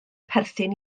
perthyn